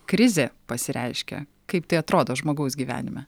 krizė pasireiškia kaip tai atrodo žmogaus gyvenime